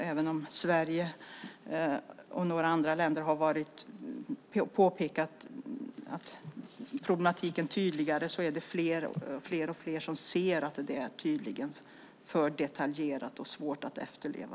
Även om Sverige och några andra länder har påpekat problematiken tydligare är det fler och fler som ser att det är för detaljerat och svårt att efterleva.